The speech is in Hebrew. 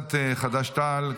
קבוצת סיעת חד"ש-תע"ל,